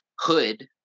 hood